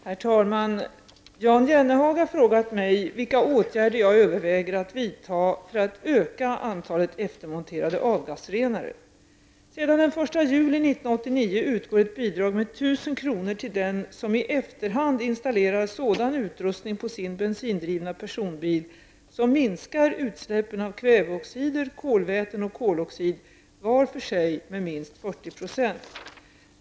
Herr talman! Jan Jennehag har frågat mig vilka åtgärder jag överväger att vidta för att öka antalet eftermonterade avgasrenare. kr. till den som i efterhand installerar sådan utrustning på sin bensindrivna personbil, som minskar utsläppen av kväveoxider, kolväten och koloxid var för sig med minst 40 %.